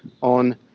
...on